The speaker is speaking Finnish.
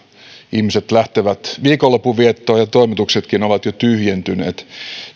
ihmiset lähtevät viikonlopun viettoon ja toimituksetkin ovat jo tyhjentyneet